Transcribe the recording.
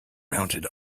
mounted